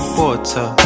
water